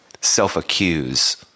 self-accuse